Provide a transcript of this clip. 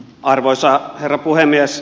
arvoisa herra puhemies